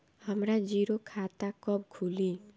हमरा जीरो खाता कब खुली?